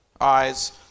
eyes